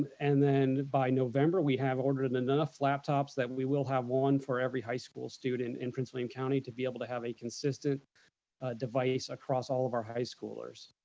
and then by november, we have ordered and enough laptops that we will have one for every high school student in prince william county to be able to have a consistent device across all of our high schoolers.